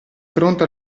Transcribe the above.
fronte